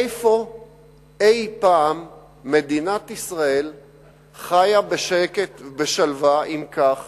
איפה אי-פעם מדינת ישראל חיה בשקט ובשלווה עם כך